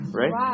right